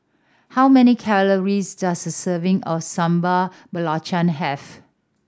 how many calories does a serving of Sambal Belacan have